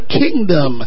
kingdom